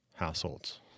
households